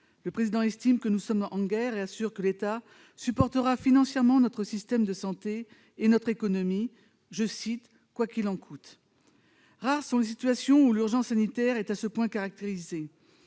République estime que nous sommes en guerre et assure que l'État soutiendra financièrement notre système de santé et notre économie, « quoi qu'il en coûte ». Rares sont les situations où l'urgence sanitaire est à ce point caractérisée.